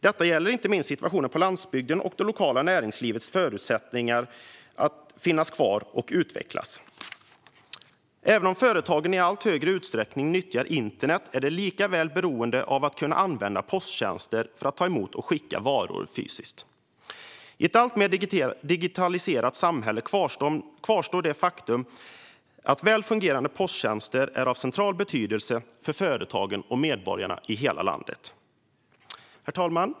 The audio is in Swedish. Detta gäller inte minst situationen på landsbygden och det lokala näringslivets förutsättningar att finnas kvar och utvecklas. Även om företagen i allt större utsträckning utnyttjar internet är de likväl beroende av att kunna använda posttjänster för att ta emot och skicka varor fysiskt. I ett alltmer digitaliserat samhälle kvarstår det faktum att väl fungerande posttjänster är av central betydelse för företagen och medborgarna i hela landet. Herr talman!